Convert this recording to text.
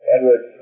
Edward